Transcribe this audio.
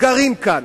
גרים כאן,